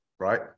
right